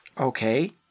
Okay